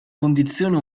condizione